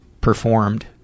performed